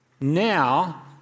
now